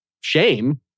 shame